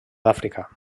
àfrica